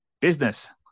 business